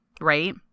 Right